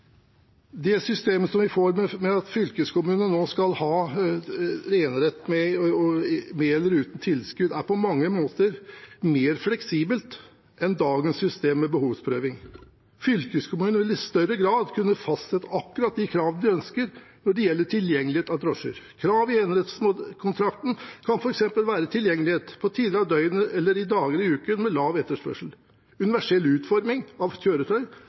Det systemet vi får ved at fylkeskommunene nå skal ha enerett med eller uten tilskudd, er på mange måter mer fleksibelt enn dagens system med behovsprøving. Fylkeskommunene vil i større grad kunne fastsette akkurat de kravene de ønsker når det gjelder tilgjengelighet av drosjer. Krav i enerettskontrakten kan f.eks. være tilgjengelighet på tider av døgnet eller i dager og uker med lav etterspørsel, universell utforming av kjøretøy